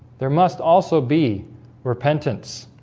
there must also be repentance